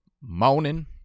morning